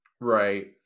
Right